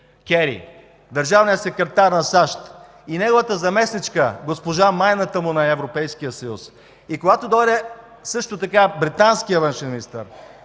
Джим, държавният секретар на САЩ и неговата заместничка госпожа „Майната му на Европейския съюз“ и когато дойде също така британският външен министър,